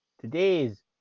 today's